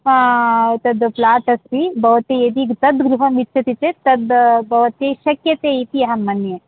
तद् प्लाट् अस्ति भवती यदि तद् गृहम् इच्छति चेत् तद् भवती शक्यते इति अहं मन्ये